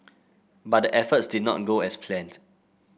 but the efforts did not go as planned